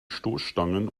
stoßstangen